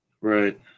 Right